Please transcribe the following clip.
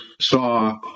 saw